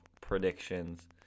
predictions